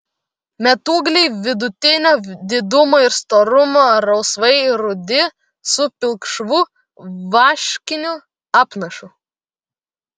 metūgliai vidutinio didumo ir storumo rausvai rudi su pilkšvu vaškiniu apnašu